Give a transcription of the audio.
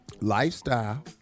lifestyle